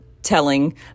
telling